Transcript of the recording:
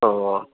oh